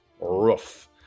Ruff